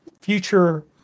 future